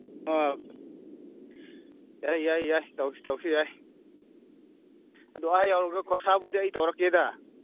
ꯑ ꯌꯥꯏ ꯌꯥꯏ ꯌꯥꯏ ꯇꯧꯁꯤ ꯇꯧꯁꯤ ꯌꯥꯏ ꯑꯗꯨ ꯑꯥ ꯌꯧꯔꯒ ꯈꯣꯔꯁꯥꯕꯨꯗꯤ ꯑꯩ ꯇꯧꯔꯛꯀꯦꯗ